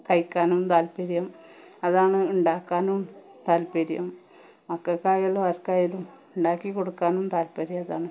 കഴിക്കാനും താൽപ്പര്യം അതാണ് ഉണ്ടാക്കാനും താല്പര്യം മക്കൾക്കായാലും ആർക്കായാലും ഉണ്ടാക്കിക്കൊടുക്കാനും താല്പര്യം അതാണ്